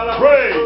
pray